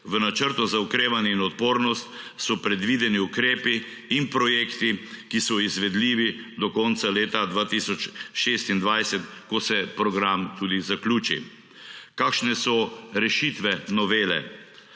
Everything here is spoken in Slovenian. V Načrtu za okrevanje in odpornost so predvideni ukrepi in projekti, ki so izvedljivi do konca leta 2026, ko se program tudi zaključi. Kakšne so rešitve novele?